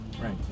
right